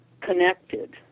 connected